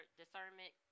discernment